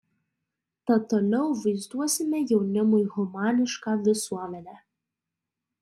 tad toliau vaizduosime jaunimui humanišką visuomenę